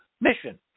mission